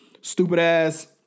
stupid-ass